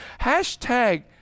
hashtag